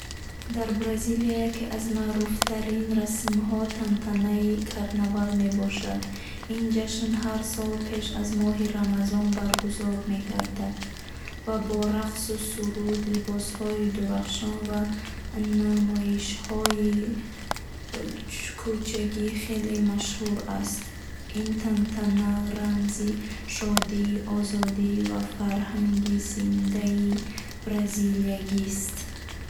Дар Бразилия яке аз маъруфтарин расмҳо тантанаи Карнавал мебошад. Ин ҷашн ҳар сол пеш аз моҳи Рамазон баргузор мегардад ва бо рақсу суруд, либосҳои дурахшон ва намоишҳои кӯчагӣ хеле машҳур аст. Ин тантана рамзи шодӣ, озодӣ ва фарҳанги зиндаи бразилиягист.